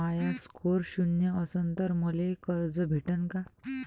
माया score शून्य असन तर मले कर्ज भेटन का?